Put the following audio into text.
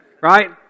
Right